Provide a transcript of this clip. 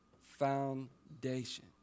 foundation